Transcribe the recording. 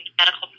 medical